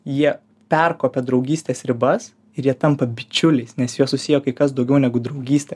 jie perkopia draugystės ribas ir jie tampa bičiuliais nes juo susiję kai kas daugiau negu draugystė